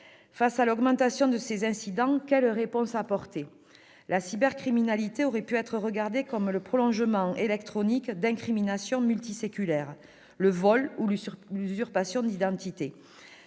Face à l'augmentation de ces incidents, quelle réponse apporter ? La cybercriminalité aurait pu être regardée comme le prolongement électronique d'incriminations multiséculaires : le vol ou l'usurpation d'identité.